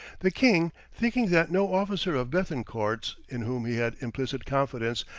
the king, thinking that no officer of bethencourt's, in whom he had implicit confidence,